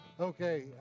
Okay